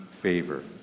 favor